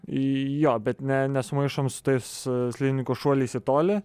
jo bet ne nesumaišom su tais slidininkų šuolis į tolį